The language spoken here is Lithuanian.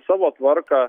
savo tvarką